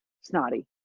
snotty